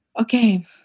Okay